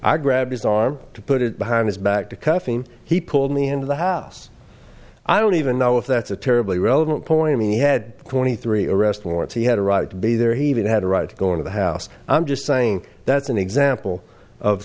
i grabbed his arm to put it behind his back to cuff him he pulled me into the house i don't even know if that's a terribly relevant point he had a twenty three arrest warrant he had a right to be there he even had a right to go into the house i'm just saying that's an example of